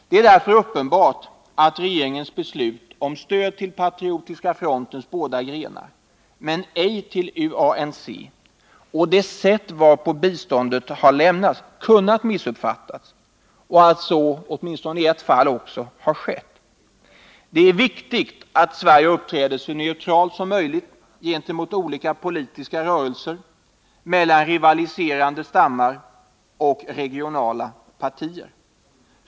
Det är därför uppenbart att regeringens beslut om stödet till Patriotiska frontens båda grenar men ej till UANC, och det sätt varpå biståndet har lämnats, kunnat missuppfattas och att så också, åtminstone i ett fall, har skett. Det är viktigt att Sverige uppträder så neutralt som möjligt gentemot olika politiska rörelser, rivaliserande stammar och regionala partier.